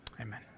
Amen